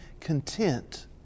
content